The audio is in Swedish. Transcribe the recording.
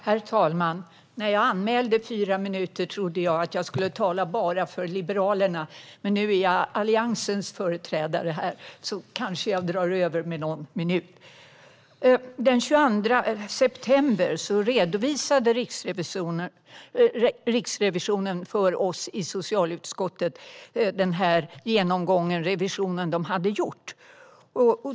Herr talman! När jag anmälde fyra minuters talartid trodde jag att jag skulle tala bara för Liberalerna. Men nu är Alliansens företrädare här, så jag kanske drar över med någon minut. Den 22 september redovisade Riksrevisionen för oss i socialutskottet den genomgång och revision som de hade gjort.